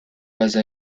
base